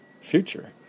future